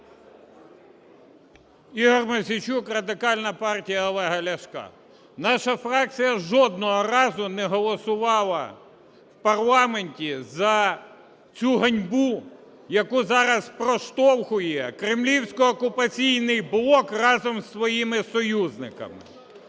Ігор Мосійчук, Радикальна партія Олега Ляшка. Наша фракція жодного разу не голосувала в парламенті за цю ганьбу, яку зараз проштовхує кремлівсько-окупаційний блок разом з своїми союзниками.